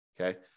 Okay